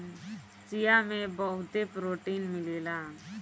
चिया में बहुते प्रोटीन मिलेला